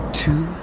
two